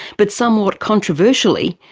but somewhat controversially,